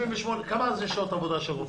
כמה זה שעות עבודה של רופא?